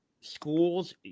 schools